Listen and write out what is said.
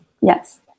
yes